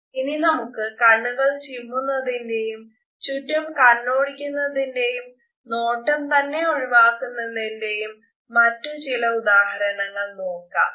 ഇനി നമുക്ക് കണ്ണുകൾ ചിമ്മുന്നതിന്റെയും ചുറ്റും കണ്ണോടിക്കുന്നതിന്റെയും നോട്ടം തന്നെ ഒഴിവാക്കുന്നതിന്റെയും മറ്റു ചില ഉദാഹരണങ്ങൾ നോക്കാം